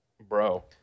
bro